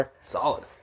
Solid